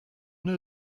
know